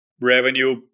revenue